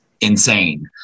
insane